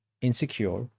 insecure